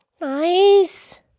Nice